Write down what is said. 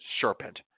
serpent